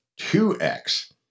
2x